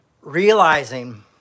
realizing